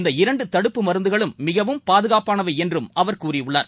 இந்த இரண்டுதடுப்புப்மருந்துகளும் மிகவும் பாதுகாப்பானவைஎன்றும் அவர் கூறியுள்ளார்